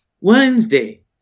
Wednesday